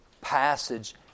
passage